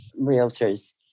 realtors